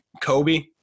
Kobe